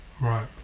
Right